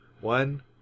one